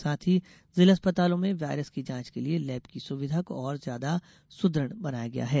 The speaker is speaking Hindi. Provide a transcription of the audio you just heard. साथ ही जिला अस्पतालों में वायरस की जाँच के लिये लैब की सुविधा को और ज्यादा सुदृढ़ बनाया गया है